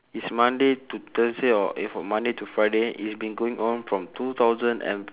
it's monday to thursday or eh from monday to friday it's been going on from two thousand and